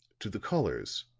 to the callers,